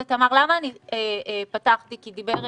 תמר, למה אני פתחתי, כי דיבר פרופ'